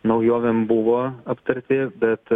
naujovėm buvo aptarti bet